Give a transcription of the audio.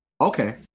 Okay